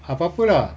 apa apa lah